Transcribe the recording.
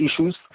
issues